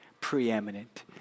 preeminent